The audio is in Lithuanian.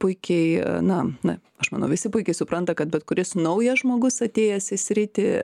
puikiai na na aš manau visi puikiai supranta kad bet kuris naujas žmogus atėjęs į sritį